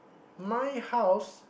my house